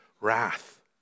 wrath